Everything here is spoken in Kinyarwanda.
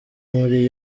muri